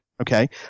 okay